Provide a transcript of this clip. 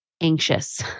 anxious